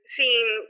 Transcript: seeing